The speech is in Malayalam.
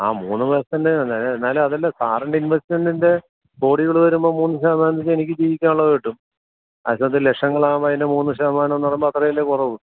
ആ മൂന്ന് പെർസെൻറ്റ് എന്നാലും എന്നാലും അതല്ല സാറിൻ്റെ ഇൻവെസ്റ്റ്മെൻറ്റിൻ്റെ കോടികൾ വരുമ്പോൾ മൂന്ന് ശതമാനം എനിക്ക് ജീവിക്കാനുള്ളത് കിട്ടും മറ്റേത് ലക്ഷങ്ങളാവുമ്പോൾ അതിൻ്റെ മൂന്ന് ശതമാനം എന്ന് പറയുമ്പോൾ അത്രയല്ലേ കുറവ്